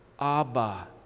Abba